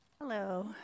Hello